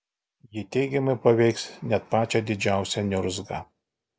ji teigiamai paveiks net patį didžiausią niurzgą